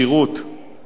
להתמנות למועצה,